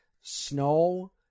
snow